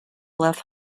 bluff